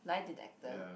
lie detector